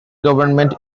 government